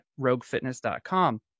RogueFitness.com